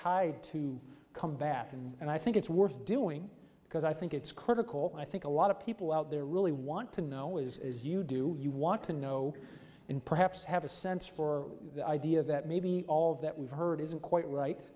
tide to come back in and i think it's worth doing because i think it's critical i think a lot of people out there really want to know is you do you want to know and perhaps have a sense for the idea that maybe all that we've heard isn't quite right